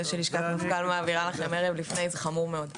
זה שלשכת מפכ"ל מעבירה לכם ערב לפני זה חמור מאוד.